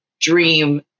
dream